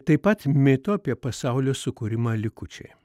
taip pat mitų apie pasaulio sukūrimą likučiai